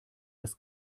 das